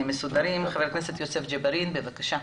חבר הכנסת יוסף ג'בארין, בבקשה.